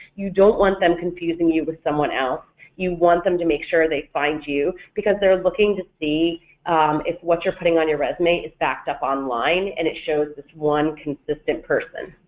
you don't want them confusing you with someone else, you want them to make sure they find you because they're looking to see if what you're putting on your resume is backed up online and it shows this one consistent person.